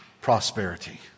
prosperity